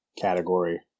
category